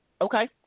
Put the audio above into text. okay